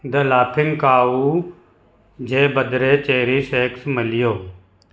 the laughing cow जे बदिरां चेरिश एक्स मिलियो